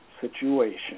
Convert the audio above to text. situation